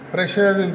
Pressure